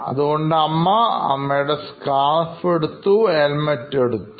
അമ്മ അമ്മയുടെ scarf എടുത്തു ഹെൽമറ്റ് എടുത്തു